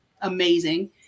amazing